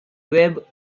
web